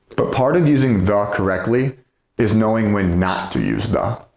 but, part of using the correctly is knowing when not to use the.